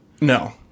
no